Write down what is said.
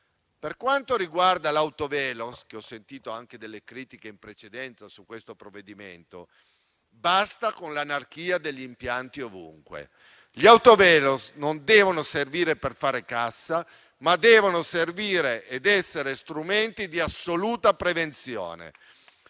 Per quanto riguarda l'autovelox - ho sentito delle critiche in precedenza su questo provvedimento - basta con l'anarchia degli impianti ovunque. Gli autovelox non devono servire per fare cassa, ma devono essere strumenti di assoluta prevenzione.